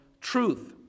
truth